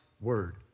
word